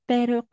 Pero